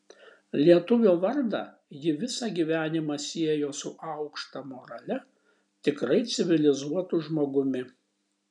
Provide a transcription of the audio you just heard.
lietuvio vardą ji visą gyvenimą siejo su aukšta morale tikrai civilizuotu žmogumi